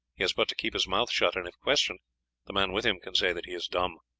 he has but to keep his mouth shut, and if questioned the man with him can say that he is dumb.